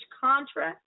contract